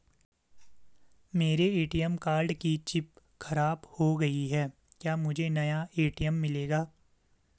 मेरे ATM card की chip खराब हो गयी है क्या मुझे नया ए.टी.एम मिलेगा?